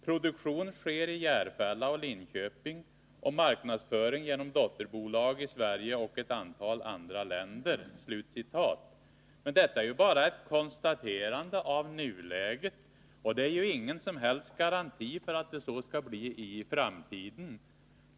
Produktionen sker i Järfälla och Linköping och marknadsföring genom dotterbolag i Sverige och ett antal andra länder.” Detta är ju bara ett konstaterande av nuläget. Det är ingen som helst garanti för att det skall bli så i framtiden.